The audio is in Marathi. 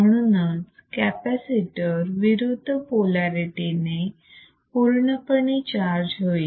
म्हणूनच कॅपॅसिटर विरुद्ध पोलारिटी ने पूर्णपणे चार्ज होईल